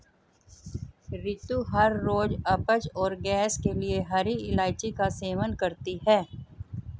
रितु हर रोज अपच और गैस के लिए हरी इलायची का सेवन करती है